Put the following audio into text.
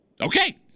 Okay